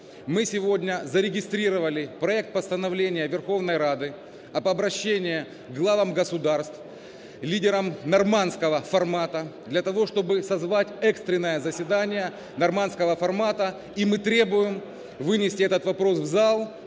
зарегистрировали проект Постановления Верховной Рады об обращении к главам государств, лидерам "нормандского формата" для того, чтобы созвать экстренное заседание "нормандского формата", и мы требуем вынести этот вопрос в зал